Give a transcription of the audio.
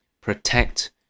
protect